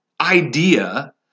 idea